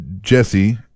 Jesse